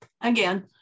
Again